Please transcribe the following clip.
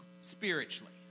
spiritually